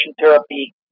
therapy